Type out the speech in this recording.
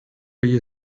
you